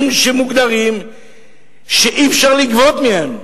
אנשים שמוגדרים כאלה שאי-אפשר לגבות מהם.